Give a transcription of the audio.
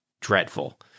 dreadful